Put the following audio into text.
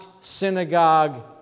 synagogue